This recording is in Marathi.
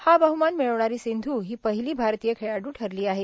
हा बह्मान मिळवीणारी सिंधू ही पहिली भारतीय खेळाडू ठरली आहे